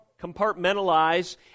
compartmentalize